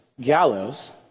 gallows